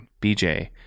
BJ